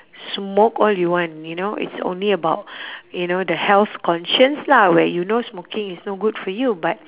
smoke all you want you know it's only about you know the health conscience lah where you know smoking is no good for you but